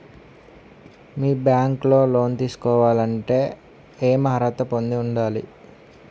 మీ bank లో loan తీసుకోవాలంటే ఎం అర్హత పొంది ఉండాలి?